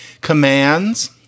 commands